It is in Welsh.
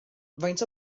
faint